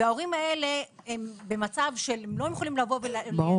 ההורים האלה במצב שזאת זכותם,